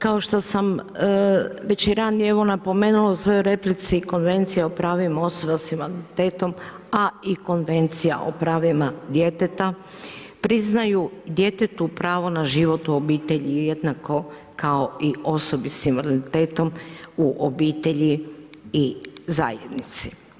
Kao što sam već i ranije napomenula u svojoj replici, Konvencija o pravima osoba s invaliditetom, a i Konvencija o pravima djeteta, priznaju djetetu pravo na život u obitelji jednako kao i osobi s invaliditetom u obitelji i zajednici.